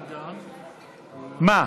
מה,